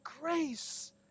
grace